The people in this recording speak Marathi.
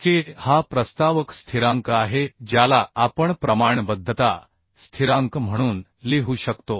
k हा प्रस्तावक स्थिरांक आहे ज्याला आपण प्रमाणबद्धता स्थिरांक म्हणून लिहू शकतो